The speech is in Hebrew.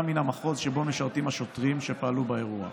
מן המחוז שבו משרתים השוטרים שפעלו באירוע.